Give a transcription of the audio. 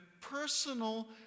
personal